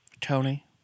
Tony